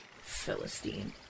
Philistine